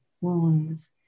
wounds